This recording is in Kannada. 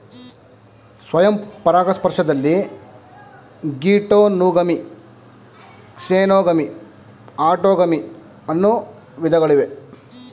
ಸ್ವಯಂ ಪರಾಗಸ್ಪರ್ಶದಲ್ಲಿ ಗೀಟೋನೂಗಮಿ, ಕ್ಸೇನೋಗಮಿ, ಆಟೋಗಮಿ ಅನ್ನೂ ವಿಧಗಳಿವೆ